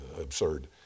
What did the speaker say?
absurd